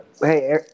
Hey